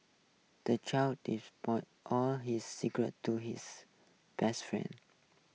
the child divulged all his secrets to his best friend